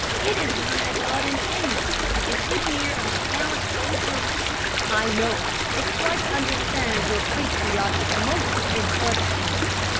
it is one i bought in amiens, a souvenir of our gallant soldiers i know, i quite understand your patriotic motive in purchasing it,